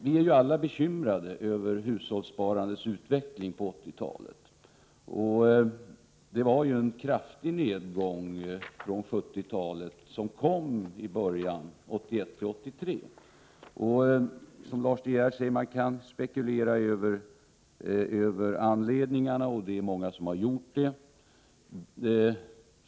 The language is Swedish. Vi är ju alla bekymrade över hur hushållssparandet har utvecklats under 1980-talet. Den nedgång jämfört med 1970-talet som kom i början av 1980-talet — 1981-1983 — var ju mycket kraftig. Och man kan, som Lars De Geer säger, spekulera över anledningen. Det är också många som har gjort det.